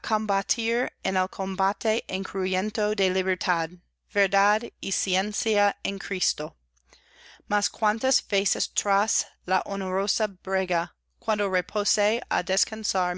en el combate incruento de libertad verdad y ciencia en cristo imas cuántas veces tras la honrosa brega cuando repose á descansar